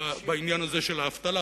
בעניין הזה של האבטלה,